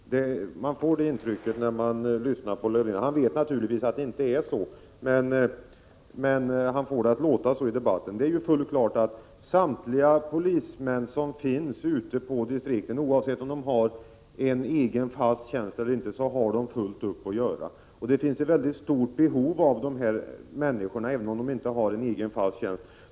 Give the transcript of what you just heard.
Man får det intrycket när man lyssnar till Lövdén, även om han naturligtvis vet att det inte är så. Det är helt klart att samtliga polismän ute på distrikten, oavsett om de har en egen fast tjänst eller inte, har fullt upp att göra. Det finns ett mycket stort behov av dessa människor, även om de inte har någon fast tjänst.